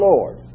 Lord